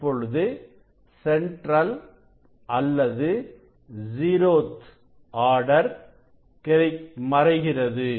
இப்பொழுது சென்ட்ரல் அல்லது zeroth order மறைகிறது